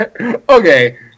Okay